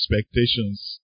expectations